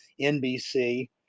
NBC